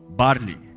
barley